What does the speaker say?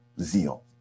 zeal